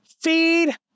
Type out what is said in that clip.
feed